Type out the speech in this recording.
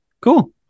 Cool